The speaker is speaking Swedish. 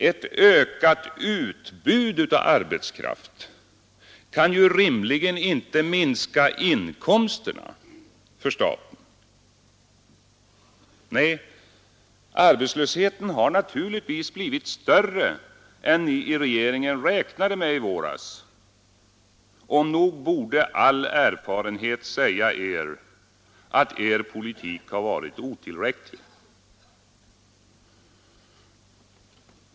Ett ökat utbud av arbetskraft kan ju rimligen inte minska inkomsterna för staten. Nej, arbetslösheten har naturligtvis blivit större än ni i regeringen räknade med i våras. Nog borde all erfarenhet säga er att er politik har varit otillräcklig.